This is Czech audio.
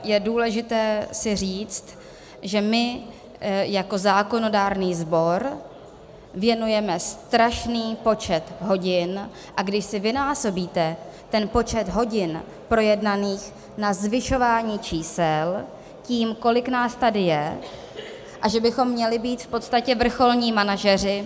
Je důležité si říct, že my jako zákonodárný sbor věnujeme strašný počet hodin a když si vynásobíte ten počet hodin projednaných na zvyšování čísel tím, kolik nás tady je, a že bychom měli být v podstatě vrcholní manažeři...